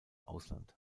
ausland